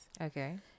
Okay